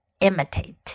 imitate